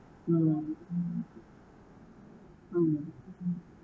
mm mm